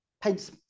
paints